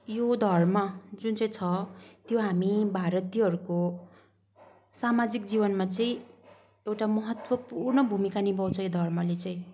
यो धर्म जुन चाहिँ छ त्यो हामी भारतीयहरूको सामाजिक जीवनमा चाहिँ एउटा महत्त्वपूर्ण भूमिका निभाउँछ यो धर्मले चाहिँ